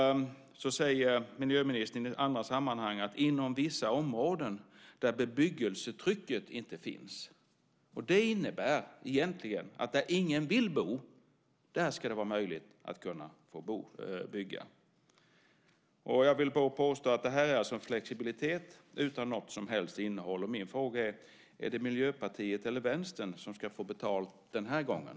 Miljöministern talar i andra sammanhang om vissa områden där bebyggelsetrycket inte finns. Det innebär egentligen att där ingen vill bo ska det vara möjligt att få bygga. Jag vill påstå att det här är en flexibilitet utan något som helst innehåll. Min fråga är: Är det Miljöpartiet eller Vänstern som ska få betalt den här gången?